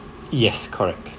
yes correct